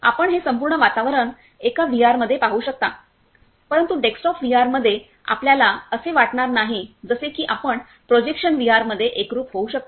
आपण हे संपूर्ण वातावरण एका व्हीआरमध्ये पाहू शकता परंतु डेस्कटॉप व्हीआर मध्ये आपल्याला असे वाटणार नाही जसे की आपण प्रोजेक्शन व्हीआरमध्ये एकरूप होऊ शकता